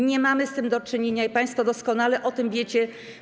Nie mamy z tym do czynienia, państwo doskonale o tym wiecie.